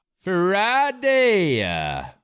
friday